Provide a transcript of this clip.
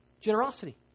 generosity